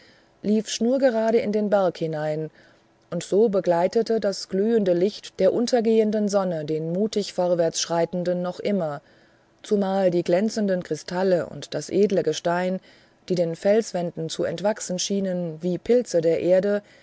lief schnurgerade in den berg hinein und so begleitete das glühende licht der untergehenden sonne den mutig vorwärtsschreitenden noch immer zumal die glänzenden kristalle und edlen gesteine die den felswänden zu entwachsen schienen wie pilze der erde